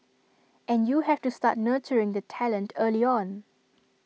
and you have to start nurturing the talent early on